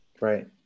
Right